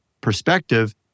perspective